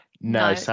No